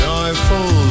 Joyful